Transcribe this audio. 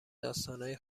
داستانای